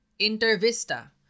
Intervista